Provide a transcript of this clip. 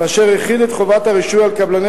ואשר החיל את חובת הרישוי על קבלני